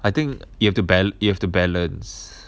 I think you have to bal~ you have to balance